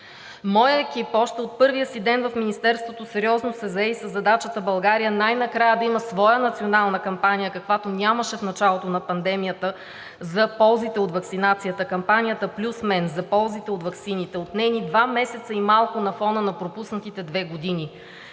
Моят екип още от първия си ден в Министерството сериозно се зае и със задачата България най-накрая да има своя национална кампания, каквато нямаше в началото на пандемията, за ползите от ваксинацията – кампанията „Плюс мен“ за ползите от ваксините. Отне ни два месеца и малко на фона на пропуснатите две години.